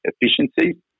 efficiency